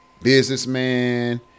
businessman